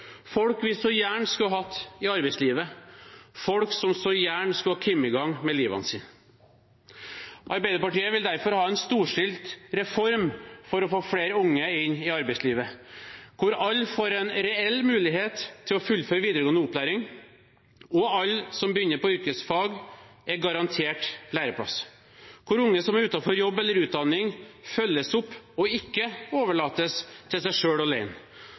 folk vi så gjerne skulle hatt i arbeidslivet, folk som så gjerne skulle ha kommet i gang med livet sitt. Arbeiderpartiet vil derfor ha en storstilt reform for å få flere unge inn i arbeidslivet, hvor alle får en reell mulighet til å fullføre videregående opplæring, og alle som begynner på yrkesfag, er garantert læreplass, og hvor unge som er utenfor jobb eller utdanning, følges opp og ikke overlates til seg selv – alene.